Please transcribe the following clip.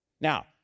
Now